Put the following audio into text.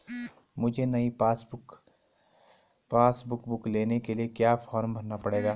मुझे नयी passbook book लेने के लिए क्या फार्म भरना पड़ेगा?